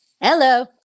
Hello